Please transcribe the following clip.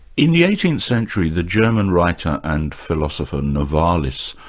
in the eighteenth century the german writer and philosopher, novalis,